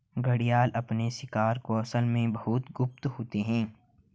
घड़ियाल अपने शिकार कौशल में बहुत गुप्त होते हैं